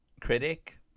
critic